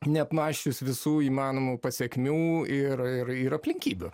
neapmąsčius visų įmanomų pasekmių ir ir ir aplinkybių